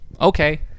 Okay